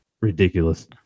ridiculous